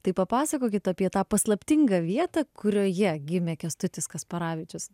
tai papasakokit apie tą paslaptingą vietą kurioje gimė kęstutis kasparavičius